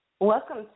Welcome